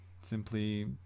simply